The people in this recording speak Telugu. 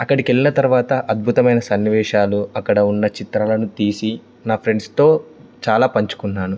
అక్కడికి వెళ్ళిన తరువాత అద్భుతమైన సన్నివేేశాలు అక్కడ ఉన్న చిత్రాలను తీసి నా ఫ్రెండ్స్తో చాలా పంచుకున్నాను